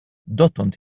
dotąd